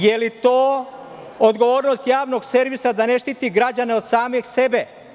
Jel to odgovornost Javnog servisa da ne štiti građane od samih sebe?